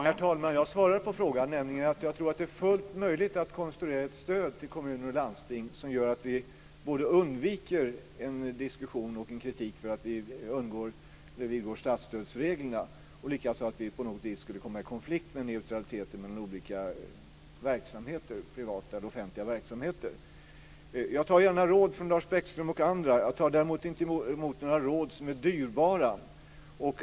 Herr talman! Jag svarade på frågan, nämligen att jag tror att det är fullt möjligt att konstruera ett stöd till kommuner och landsting som gör att vi undviker kritik och diskussion när det gäller statsstödsreglerna och undviker att komma i konflikt med neutraliteten mellan privata och offentliga verksamheter. Jag tar gärna emot råd från Lars Bäckström och andra. Däremot tar jag inte emot några råd som är dyrbara.